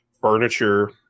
furniture